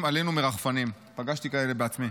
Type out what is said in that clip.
עלינו מרחפנים" פגשתי כאלה בעצמי.